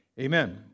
Amen